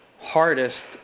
hardest